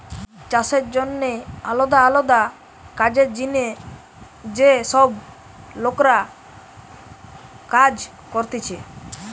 চাষের জন্যে আলদা আলদা কাজের জিনে যে সব লোকরা কাজ করতিছে